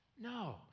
no